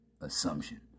assumption